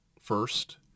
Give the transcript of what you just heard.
first